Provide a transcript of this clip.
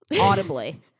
audibly